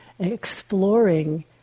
exploring